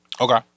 Okay